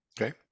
Okay